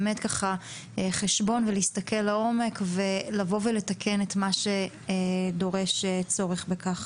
חשבון ולהסתכל לעומק ולתקן מה שדורש צורך בכך.